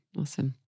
awesome